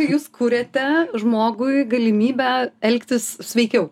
jūs kuriate žmogui galimybę elgtis sveikiau